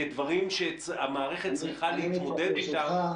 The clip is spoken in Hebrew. כדברים שהמערכת צריכה להתמודד אתם,